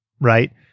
right